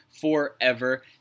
forever